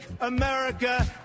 America